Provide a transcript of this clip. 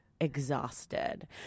exhausted